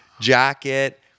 jacket